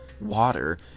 water